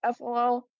FLL